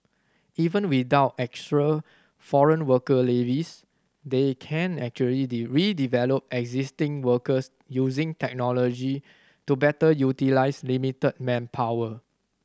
even without extra foreign worker levies they can actually existing workers using technology to better utilise limited manpower